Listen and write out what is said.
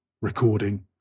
recording